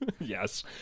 yes